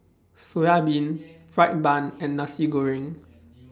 Soya Milk Fried Bun and Nasi Goreng